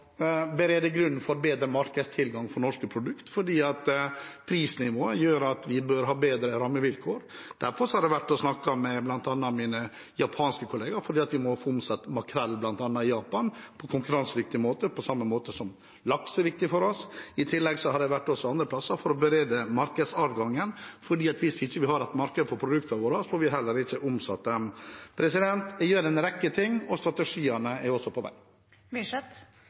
for bedre markedstilgang for norske produkter, for prisnivået gjør at vi bør ha bedre rammevilkår. Derfor har jeg vært og snakket bl.a. med mine japanske kollegaer, fordi vi må få omsatt makrell i Japan på en konkurransedyktig måte – på samme vis som laks er viktig for oss. Jeg har i tillegg vært andre plasser for å berede markedsadgangen, for hvis vi ikke har et marked for produktene våre, får vi heller ikke omsatt dem. Jeg gjør en rekke ting, og strategiene er også på